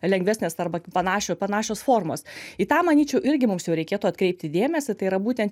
lengvesnės arba panašio panašios formos į tą manyčiau irgi mums jau reikėtų atkreipti dėmesį tai yra būtent